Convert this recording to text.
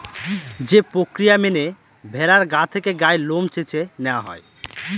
যে প্রক্রিয়া মেনে ভেড়ার গা থেকে গায়ের লোম চেঁছে নেওয়া হয়